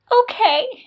Okay